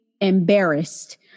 embarrassed